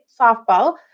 softball